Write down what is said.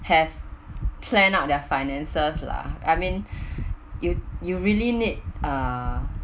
have plan out their finances lah I mean you you really need uh